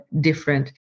different